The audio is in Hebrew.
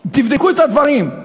תבדקו את הדברים.